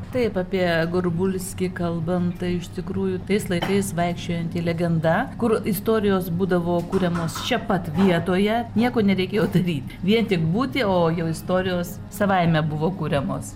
taip apie gorbulskį kalbant tai iš tikrųjų tais laikais vaikščiojanti legenda kur istorijos būdavo kuriamos čia pat vietoje nieko nereikėjo daryt vien tik būti o jau istorijos savaime buvo kuriamos